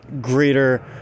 greater